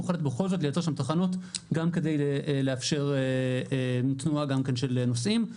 הוחלט בכל זאת לייצר שם תחנות גם כדי לאפשר תנועה גם כן של נוסעים.